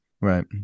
Right